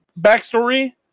backstory